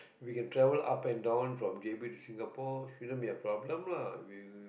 if you can travel up and down from j_b to Singapore shouldn't be a problem lah you